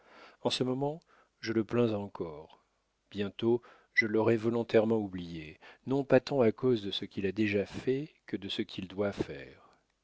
en ce moment je le plains encore bientôt je l'aurai volontairement oublié non pas tant à cause de ce qu'il a déjà fait que de ce qu'il doit faire